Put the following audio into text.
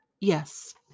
Yes